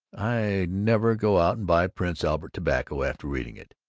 i'd never go out and buy prince albert tobacco after reading it,